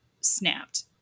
snapped